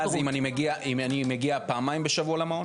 התמדה זה אם אני מגיע פעמיים בשבוע למעון?